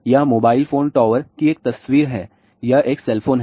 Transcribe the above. यह mobile phone tower की एक तस्वीर है और यह एक सेल फोन है